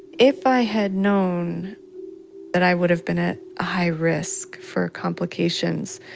if i had known that i would've been at a high risk for complications,